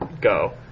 go